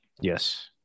Yes